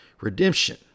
redemption